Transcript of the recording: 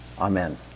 Amen